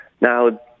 Now